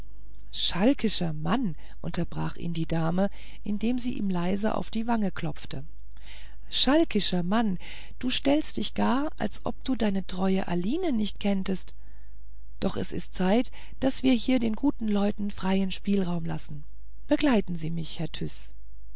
schalkischer mann unterbrach ihn die dame indem sie ihm leise die wange klopfte schalkischer mann du stellst dich gar als ob du deine treue aline nicht kenntest doch es ist zeit daß wir hier den guten leuten freien spielraum lassen begleiten sie mich herr